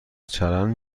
چرند